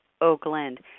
Oakland